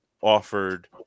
offered